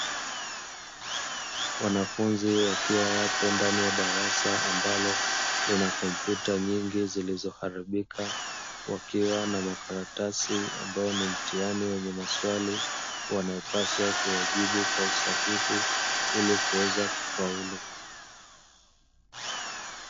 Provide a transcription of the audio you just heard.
Wanafunzi wakiwa wapo ndani ya darasa ambalo lina kompyuta nyingi zilizoharibika, wakiwa na makaratasi ambayo ni mtihani wenye maswali yanayopaswa kuyajibu kwa usahihi ilikuweza kufaulu.